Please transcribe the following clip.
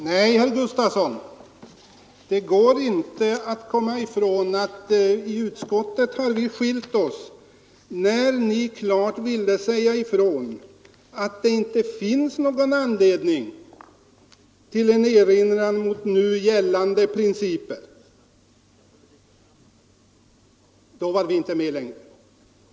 Fru talman! Nej, herr Gustavsson i Nässjö, det går inte att komma Torsdagen den ifrån att vi har skilt oss åt i utskottet. När ni klart ville säga ifrån att det 1 mars 1973 inte finns någon anledning till en erinran mot nu gällande principer, var vi inte med längre.